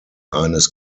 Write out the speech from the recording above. eines